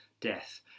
death